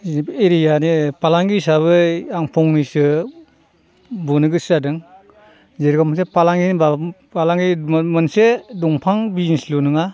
जिब आरि आरो फालांगि हिसाबै आं फंनैसो बुंनो गोसो जादों जेरखम मोनसे फालांगि होनबा फालांगि मोनसे दंफां बिजनेसल' नङा